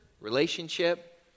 relationship